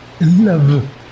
Love